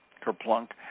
kerplunk